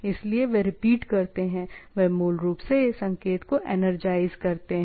इसलिए वे रिपीट करते हैं वे मूल रूप से संकेत को एनरजाइज करते हैं